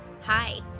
Hi